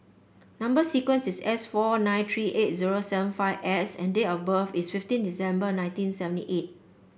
number sequence is S four nine three eight zero seven five S and date of birth is fifteen December nineteen seventy eight